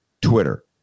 Twitter